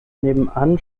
nebenan